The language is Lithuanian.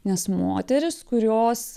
nes moterys kurios